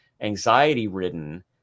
anxiety-ridden